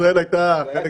ישראל הייתה חלק מזה.